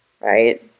right